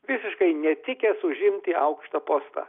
visiškai netikęs užimti aukštą postą